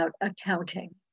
accounting